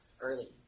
Early